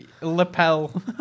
lapel